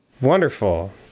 Wonderful